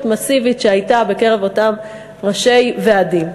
מסיבית שהייתה בקרב אותם ראשי ועדים.